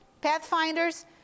pathfinders